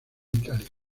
italia